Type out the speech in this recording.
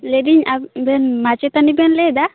ᱞᱟᱹᱭ ᱤᱫᱟᱹᱧ ᱟᱵᱮᱱ ᱢᱟᱪᱮᱛᱟᱹᱱᱤ ᱵᱮᱱ ᱞᱟᱹᱭ ᱮᱫᱟ